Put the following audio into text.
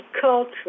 culture